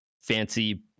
fancy